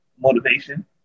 motivation